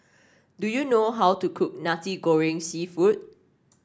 do you know how to cook Nasi Goreng seafood